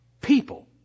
people